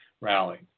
rally